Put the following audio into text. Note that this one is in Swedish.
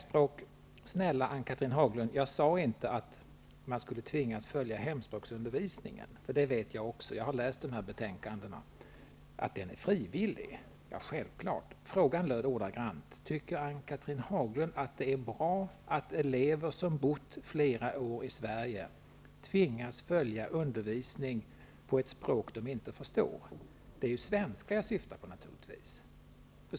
Snälla Ann-Cathrine Haglund, jag sade inte att man skulle tvingas följa hemspråksundervisning. Jag vet också att det inte är så. Jag har läst dessa betänkanden, och vet självfallet att den är frivillig. Haglund att det är bra att elever som har bott flera år i Sverige tvingas följa undervisningen på ett språk som de inte förstår? Det är naturligtvis svenska jag syftar på.